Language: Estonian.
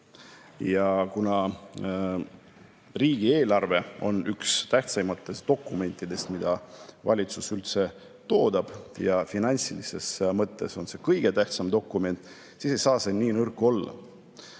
Kuna riigieelarve on üks tähtsaimatest dokumentidest, mida valitsus üldse toodab, ja finantsilises mõttes on see kõige tähtsam dokument, siis ei tohiks see nii nõrk olla.